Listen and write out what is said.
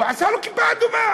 הוא עשה לו כיפה אדומה.